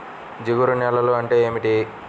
జిగురు నేలలు అంటే ఏమిటీ?